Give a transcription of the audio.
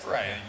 Right